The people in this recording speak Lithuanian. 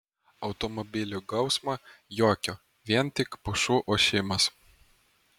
automobilių gausmo jokio vien tik pušų ošimas